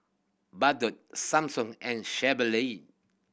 Bardot Samsung and Chevrolet